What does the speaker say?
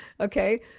okay